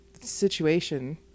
situation